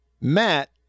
Matt